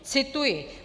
Cituji.